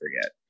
forget